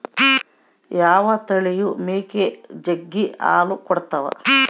ಯಾವ ತಳಿಯ ಮೇಕೆ ಜಗ್ಗಿ ಹಾಲು ಕೊಡ್ತಾವ?